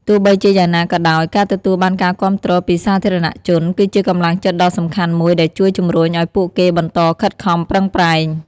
ទោះបីជាយ៉ាងណាក៏ដោយ ការទទួលបានការគាំទ្រពីសាធារណជនគឺជាកម្លាំងចិត្តដ៏សំខាន់មួយដែលជួយជម្រុញឲ្យពួកគេបន្តខិតខំប្រឹងប្រែង។